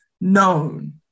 known